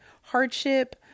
hardship